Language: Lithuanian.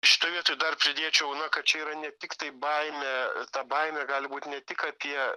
šitoj vietoj dar pridėčiau kad čia yra ne tiktai baimė ta baimė gali būti ne tik apie